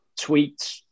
tweets